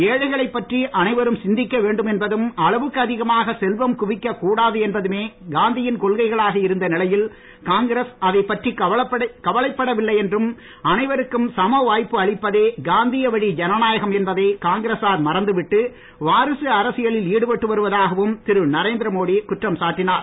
ஏழைகளைப் பற்றி அனைவரும் சிந்திக்க வேண்டும் என்பதும் அளவுக்கு அதிகமாக செல்வம் குவிக்க கூடாது என்பதுமே காந்தியின் கொள்கைகளாக இருந்த நிலையில் காங்கிரஸ் அதைப்பற்றி கவலைப்படவில்லை என்றும் அனைவருக்கும் சம வாய்ப்பு அளிப்பதே காந்திய வழிஜனநாயகம் என்பதை காங்கிரசார் மறந்து விட்டு வாரிசு அரசியலில் ஈடுபட்டு வருவதாகவும் திரு நரேந்திரமோடி குற்றம் சாட்டினார்